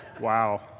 wow